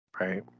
Right